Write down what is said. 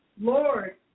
Lord